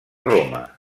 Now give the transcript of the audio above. roma